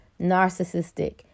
narcissistic